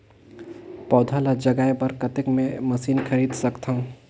पौधा ल जगाय बर कतेक मे मशीन खरीद सकथव?